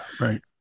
right